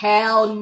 Hell